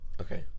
Okay